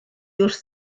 wrth